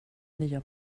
nya